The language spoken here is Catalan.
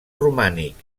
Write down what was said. romànic